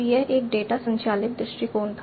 तो यह एक डेटा संचालित दृष्टिकोण था